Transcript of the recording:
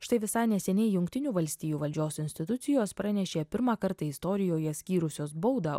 štai visai neseniai jungtinių valstijų valdžios institucijos pranešė pirmą kartą istorijoje skyrusios baudą